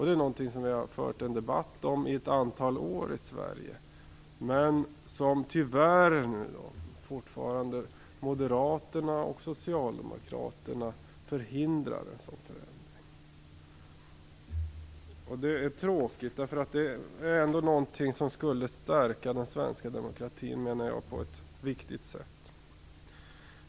Det är något som vi har fört en debatt om i ett antal år i Sverige. Tyvärr förhindrar dock fortfarande Moderaterna och Socialdemokraterna detta. Det är tråkigt, för jag menar att detta ändå är någonting som på ett viktigt sätt skulle stärka den svenska demokratin.